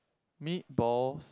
meatballs